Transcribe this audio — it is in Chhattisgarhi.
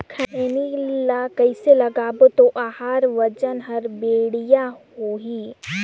खैनी ला कइसे लगाबो ता ओहार वजन हर बेडिया होही?